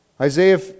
Isaiah